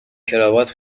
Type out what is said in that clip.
کراوات